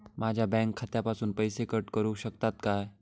माझ्या बँक खात्यासून पैसे कट करुक शकतात काय?